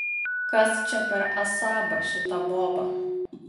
kas čia per asaba šita boba